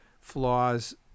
flaws